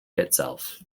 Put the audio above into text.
itself